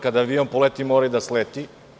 Kada avion poleti mora i da sleti.